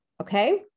Okay